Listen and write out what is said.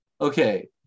Okay